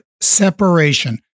separation